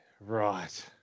right